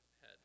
head